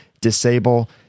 disable